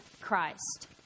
Christ